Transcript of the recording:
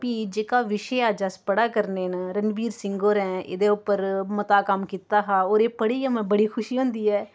फ्ही जेह्का विशे अज्ज अस पढ़ा करने न रणवीर सिंह होरें एह्दे उप्पर मता कम्म कीता हा होर एह पढ़ियै बड़ी खुशी होन्दी ऐ